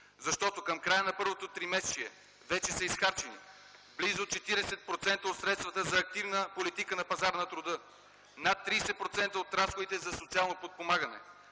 Защото към края на първото тримесечие вече са изхарчени близо 40% от средствата за активна политика на пазара на труда, над 30 % от разходите за социално подпомагане,